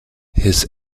his